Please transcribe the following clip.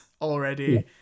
already